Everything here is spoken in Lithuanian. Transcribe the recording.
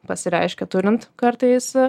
pasireiškia turint kartais